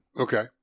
Okay